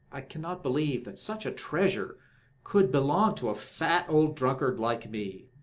i cannot believe that such a treasure could belong to a fat old drunkard like me.